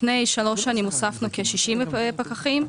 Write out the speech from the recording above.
לפני כשלוש שנים הוספנו כ-60 פקחים.